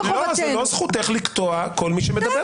אני קורא אותך לסדר.